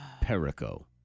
Perico